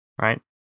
right